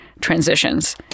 transitions